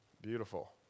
Beautiful